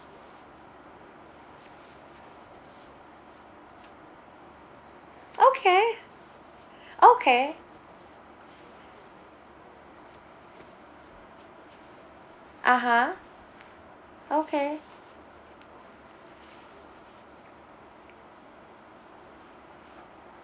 okay okay (uh huh) okay